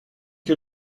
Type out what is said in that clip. que